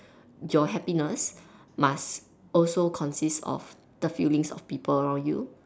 your happiness must also consist of the feelings of people around you